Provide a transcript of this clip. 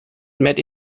met